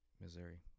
Missouri